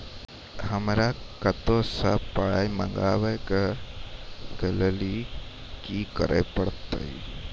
हमरा कतौ सअ पाय मंगावै कऽ लेल की करे पड़त?